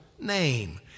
name